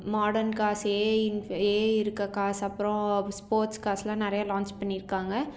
modern கார்ஸே AI இருக்க cars அப்புறம் ஸ்போர்ட்ஸ் கார்ஸ் எல்லாம் நிறைய லான்ச் பண்ணி இருக்காங்க